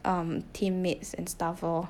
um team mates and stuff lor